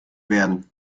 werden